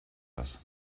das